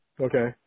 Okay